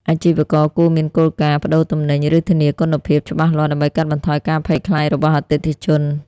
អាជីវករគួរមានគោលការណ៍ ប្ដូរទំនិញ ឬធានាគុណភាព ច្បាស់លាស់ ដើម្បីកាត់បន្ថយការភ័យខ្លាចរបស់អតិថិជន។